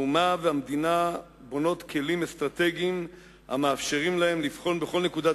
האומה והמדינה בונות כלים אסטרטגיים המאפשרים להן לבחון בכל נקודת